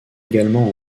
également